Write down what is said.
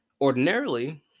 Ordinarily